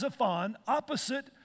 opposite